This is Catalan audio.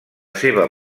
seva